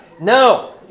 no